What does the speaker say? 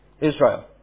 Israel